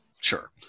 Sure